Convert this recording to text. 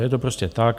Je to prostě tak.